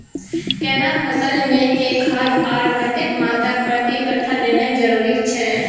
केना फसल मे के खाद आर कतेक मात्रा प्रति कट्ठा देनाय जरूरी छै?